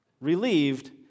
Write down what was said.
Relieved